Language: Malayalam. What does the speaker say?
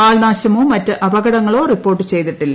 ആൾന്റാശമോ മറ്റ് അപകടങ്ങളോ റിപ്പോർട്ട് ചെയ്തിട്ടില്ല